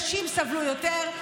נשים סבלו יותר,